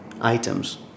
items